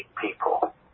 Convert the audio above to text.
people